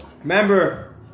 Remember